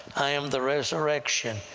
i am the resurrection,